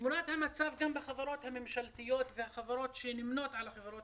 תמונת המצב בחברות הממשלתיות והחברות שנמנות על החברות